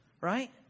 right